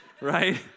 right